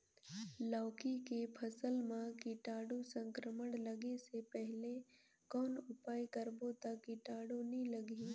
लौकी के फसल मां कीटाणु संक्रमण लगे से पहले कौन उपाय करबो ता कीटाणु नी लगही?